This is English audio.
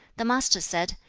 the master said,